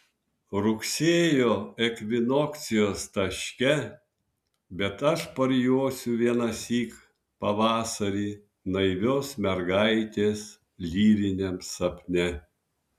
rugsėjo ekvinokcijos taške bet aš parjosiu vienąsyk pavasarį naivios mergaitės lyriniam sapne